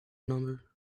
number